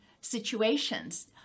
situations